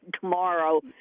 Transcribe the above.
tomorrow